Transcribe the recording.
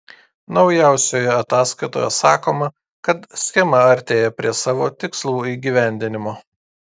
naujausioje ataskaitoje sakoma kad schema artėja prie savo tikslų įgyvendinimo